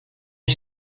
qui